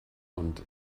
und